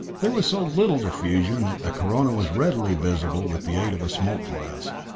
there was so little diffusion that the corona was readily visible with the aid of a smoked glass.